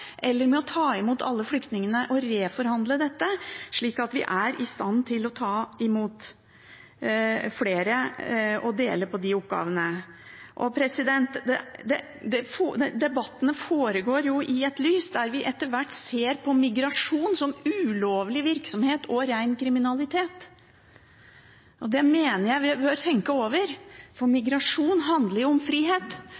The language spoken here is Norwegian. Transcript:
eller å ta imot alle flyktningene – og reforhandle dette, slik at vi er i stand til å ta imot flere, og dele på de oppgavene? Debattene foregår jo i et lys der vi etter hvert ser på migrasjon som ulovlig virksomhet og ren kriminalitet. Det mener jeg vi bør tenke over.